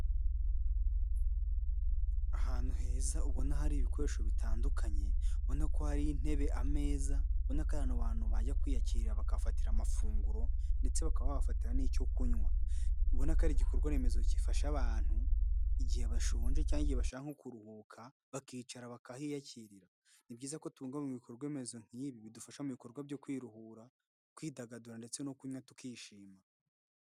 Ahantu heza ubona hari ibikoresho bitandukanye, Ubona ko hari intebe, ameza, Ubona ko ari ahantu bajya kwiyakira bakafatira amafunguro ndetse bakaba babafatira n'icyo kunywa. Ubona ko ari igikorwa remezo gifasha abantu igihe bashonje cyangwa bashaka kuruhuka, bakicara bakahiyakirira. Ni byiza ko tubungabunga ibikorwamezo nk'ibi bidufasha mu bikorwa byo kwiruhura, kwidagadura ndetse no kunywa tukishima.